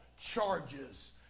charges